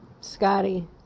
Scotty